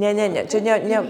ne ne ne čia ne ne